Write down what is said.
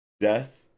death